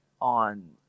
on